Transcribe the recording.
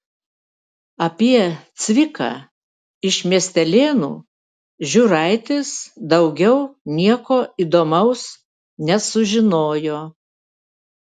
apie cviką iš miestelėnų žiūraitis daugiau nieko įdomaus nesužinojo